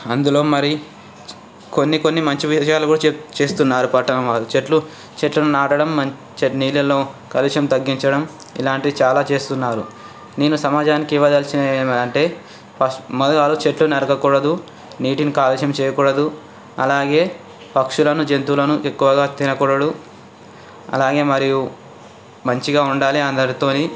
అందులో మరి కొన్ని కొన్ని మంచి విషయాలు కూడా చేస్తున్నారు పట్టణం వాళ్ళు చెట్లు చెట్లను నాటడం మం నీళ్ళలో కాలుష్యం తగ్గించడం ఇలాంటివి చాలా చేస్తున్నారు నేను సమాజానికి ఇవ్వదలచినది ఏమిటి అంటే ఫస్ట్ మొదలు వాళ్ళు చెట్టు నరకకూడదు నీటిని కాలుష్యం చేయకూడదు అలాగే పక్షులను జంతువులను ఎక్కువగా తినకూడదు అలాగే మరియు మంచిగా ఉండాలి అందరితో